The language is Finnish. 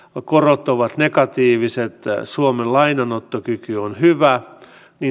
korot ovat negatiiviset ja suomen lainanottokyky on hyvä